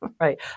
right